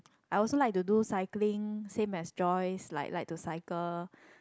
I also like to do cycling same as Joyce like like to cycle